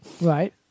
Right